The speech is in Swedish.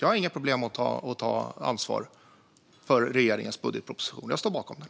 Jag har inget problem med att ta ansvar för regeringens budgetproposition; jag står bakom den.